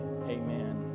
amen